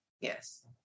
yes